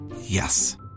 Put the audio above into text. Yes